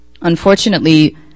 unfortunately